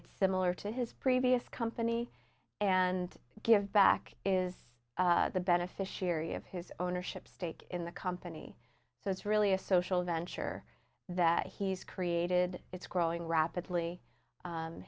it's similar to his previous company and give back is the beneficiary of his ownership stake in the company so it's really a social venture that he's created it's growing rapidly